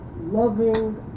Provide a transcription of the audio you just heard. loving